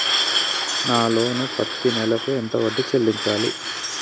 నా లోను పత్తి నెల కు ఎంత వడ్డీ చెల్లించాలి?